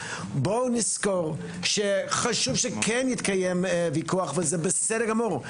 בואו נזכור שחשוב שכן יתקיים ויכוח וזה בסדר גמור.